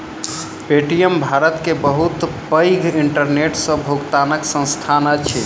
Paytm Bharat के बहुत पैघ इंटरनेट सॅ भुगतनाक संस्थान अछि